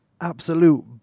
Absolute